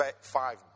five